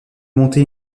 monter